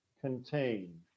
contain